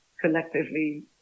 collectively